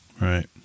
right